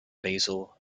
basel